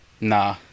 nah